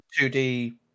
2D